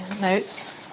notes